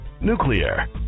nuclear